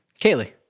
Kaylee